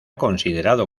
considerado